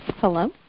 Hello